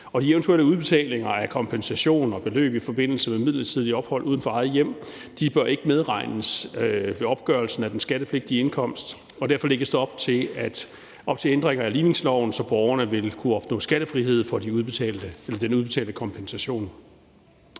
De eventuelle udbetalinger af kompensation og beløb i forbindelse med midlertidigt ophold uden for eget hjem bør ikke medregnes ved opgørelsen af den skattepligtige indkomst, og derfor lægges der op til ændringer af ligningsloven, så borgerne vil kunne opnå skattefrihed for den udbetalte kompensation.